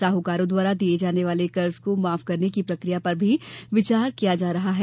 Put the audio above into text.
साहूकारों द्वारा दिये जाने वाले कर्ज को माफ करने की प्रक्रिया पर भी विचार किया जा रहा है